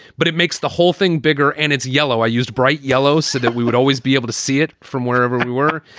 but it makes the whole thing bigger and it's yellow. i used bright yellow so that we would always be able to see it from wherever we were.